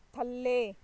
ਥੱਲੇ